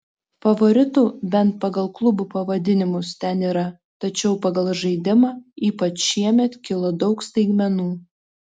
favoritų bent pagal klubų pavadinimus ten yra tačiau pagal žaidimą ypač šiemet kilo daug staigmenų